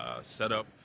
setup